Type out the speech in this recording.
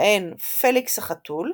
בהן פליקס החתול,